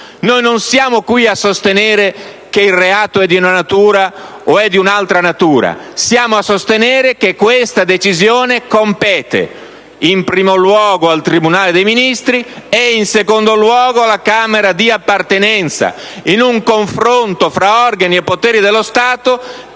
Non siamo qui a sostenere che il reato sia di una natura piuttosto che di un'altra; noi sosteniamo che tale decisione competa in primo luogo al tribunale dei Ministri e in secondo luogo alla Camera di appartenenza, in un confronto tra organi e poteri dello Stato